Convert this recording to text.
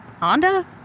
Honda